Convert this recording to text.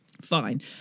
Fine